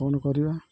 କ'ଣ କରିବା